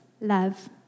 love